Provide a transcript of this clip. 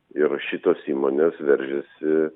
ir šitos įmonės veržiasi